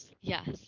yes